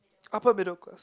upper middle class